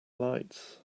lights